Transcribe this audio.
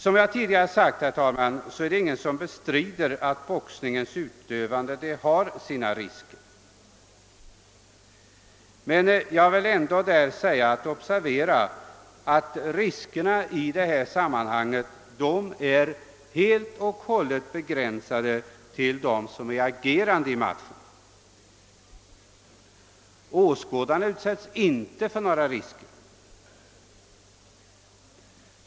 Som jag tidigare sagt är det ingen som bestrider att boxningsutövandet har sina risker. Man bör dock observera att riskerna är helt och hållet begränsade till dem som agerar i matchen. Åskådarna utsätts inte för några risker.